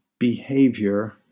Behavior